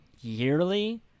yearly